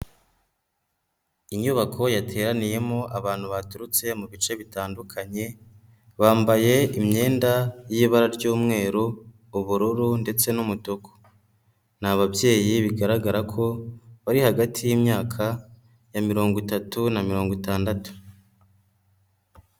Inyubako yateraniyemo abantu baturutse mu bice bitandukanye, bambaye imyenda iri mu ibara ry'umweru, ubururu ndetse n'umutuku, n'ababyeyi bigaragara ko bari hagati y'imyaka ya mirongo itatu na mirongo itandatu.